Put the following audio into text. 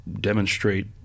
demonstrate